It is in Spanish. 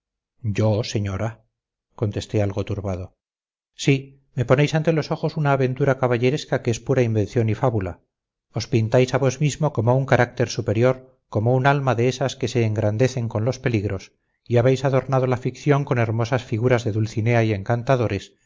yo señora contesté algo turbado sí me ponéis ante los ojos una aventura caballeresca que es pura invención y fábula os pintáis a vos mismo como un carácter superior como un alma de esas que se engrandecen con los peligros y habéis adornado la ficción con hermosas figuras de dulcinea y encantadores